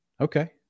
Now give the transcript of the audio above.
Okay